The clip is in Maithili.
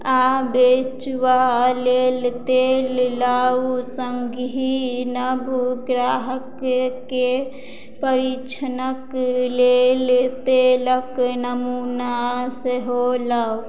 आ बेचबा लेल तेल लाउ सङ्गहि नव ग्राहकके परीक्षणक लेल तेलक नमूना सेहो लाउ